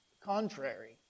contrary